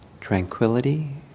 tranquility